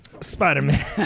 spider-man